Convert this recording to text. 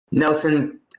Nelson